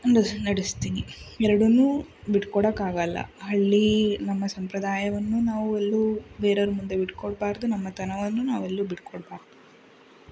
ನಡೆಸ್ತೀನಿ ಎರಡನ್ನೂ ಬಿಟ್ಕೊಡೋಕ್ಕಾಗಲ್ಲ ಹಳ್ಳಿ ನಮ್ಮ ಸಂಪ್ರದಾಯವನ್ನು ನಾವು ಎಲ್ಲೂ ಬೇರೆಯವ್ರ ಮುಂದೆ ಬಿಟ್ಕೊಡ್ಬಾರ್ದು ನಮ್ಮತನವನ್ನು ನಾವು ಎಲ್ಲೂ ಬಿಟ್ಕೊಡ್ಬಾರ್ದು